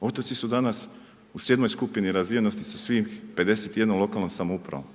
Otoci su danas u jednoj skupini razvijenosti sa svih 51 lokalnom samoupravom.